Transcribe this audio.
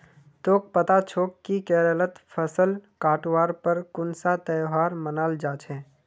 तोक पता छोक कि केरलत फसल काटवार पर कुन्सा त्योहार मनाल जा छे